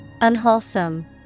Unwholesome